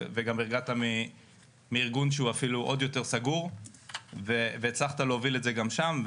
מה גם שהגעת מארגון שהוא עוד יותר סגור והצלחת להוביל את זה גם שם.